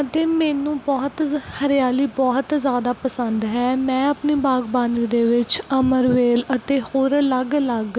ਅਤੇ ਮੈਨੂੰ ਬਹੁਤ ਹਰਿਆਲੀ ਬਹੁਤ ਜ਼ਿਆਦਾ ਪਸੰਦ ਹੈ ਮੈਂ ਆਪਣੀ ਬਾਗਬਾਨੀ ਦੇ ਵਿੱਚ ਅਮਰਵੇਲ ਅਤੇ ਹੋਰ ਅਲੱਗ ਅਲੱਗ